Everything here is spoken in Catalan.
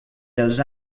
dels